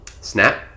snap